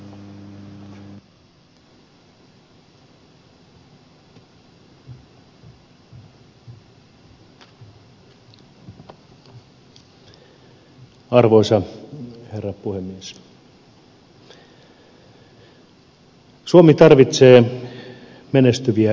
suomi tarvitsee menestyviä yrittäjiä